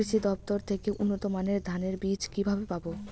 কৃষি দফতর থেকে উন্নত মানের ধানের বীজ কিভাবে পাব?